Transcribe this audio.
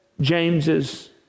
James's